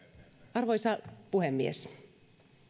arvoisa puhemies